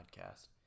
podcast